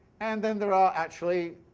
and then there are actually